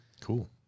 Cool